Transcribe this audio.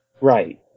Right